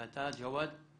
ואתה, ג'וואד?